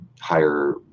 higher